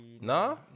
no